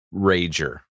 Rager